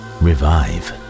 revive